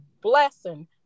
blessing